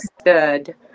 stood